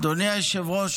אדוני היושב-ראש,